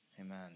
Amen